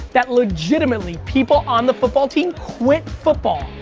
that legitimately, people on the football team, quit football,